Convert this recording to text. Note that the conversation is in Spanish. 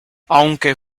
aunque